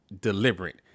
deliberate